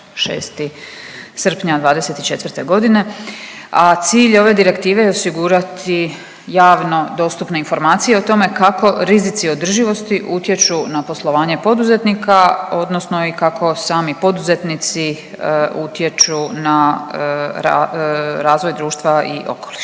6. srpnja '24.g., a cilj je ove direktive osigurati javno dostupne informacije o tome kako rizici održivosti utječu na poslovanje poduzetnika odnosno i kako sami poduzetnici utječu na razvoj društva i okoliš.